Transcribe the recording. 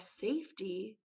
safety